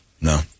no